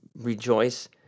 rejoice